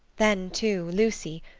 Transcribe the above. then, too, lucy,